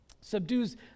Subdues